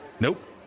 Nope